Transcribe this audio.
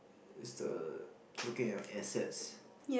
it's the looking at your assets